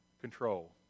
control